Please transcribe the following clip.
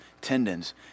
tendons